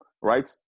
right